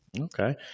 okay